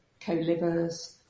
co-livers